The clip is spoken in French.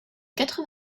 quatre